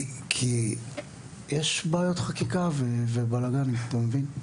כי יש בעיות חקיקה ובלגן, אתה מבין?